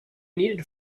needed